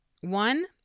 One